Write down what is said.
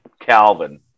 Calvin